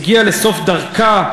הגיעה לסוף דרכה,